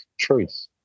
truth